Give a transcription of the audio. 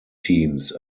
teams